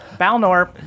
Balnor